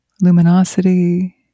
luminosity